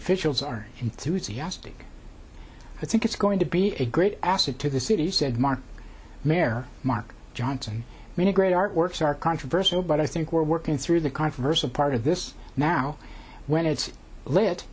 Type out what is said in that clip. officials are enthusiastic but think it's going to be a great asset to the city said mark mair mark johnson many great art works are controversial but i think we're working through the controversial part of this now when it's l